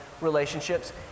relationships